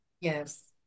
Yes